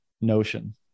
notion